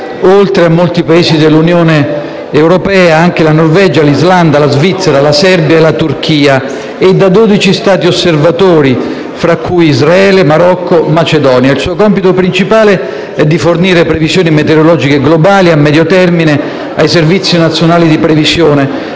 oltre a molti Paesi dell'Unione europea, figurano anche la Norvegia, l'Islanda, la Svizzera, la Serbia e la Turchia - e da dodici Stati osservatori, fra cui Israele, Marocco e Macedonia. Il suo compito principale è di fornire previsioni meteorologiche globali a medio termine ai servizi nazionali di previsioni,